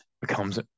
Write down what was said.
becomes